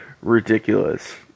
ridiculous